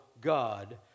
God